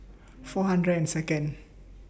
four hundred and Second